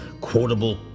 quotable